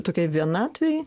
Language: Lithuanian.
tokiai vienatvei